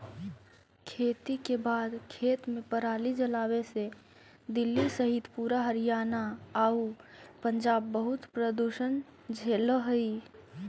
खेती के बाद खेत में पराली जलावे से दिल्ली सहित पूरा हरियाणा आउ पंजाब बहुत प्रदूषण झेलऽ हइ